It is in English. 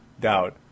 doubt